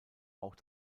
auch